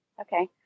Okay